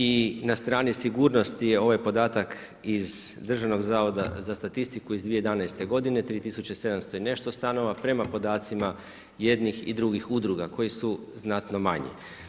I na strani sigurnosti je ovaj podatak iz Državnog zavoda za statistiku iz 2011. godine 3700 i nešto stanova prema podacima jednih i drugih udruga koji su znatno manji.